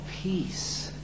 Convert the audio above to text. peace